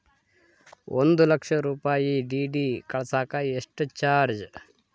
ಒಂದು ಲಕ್ಷ ರೂಪಾಯಿ ಡಿ.ಡಿ ಕಳಸಾಕ ಎಷ್ಟು ಚಾರ್ಜ್?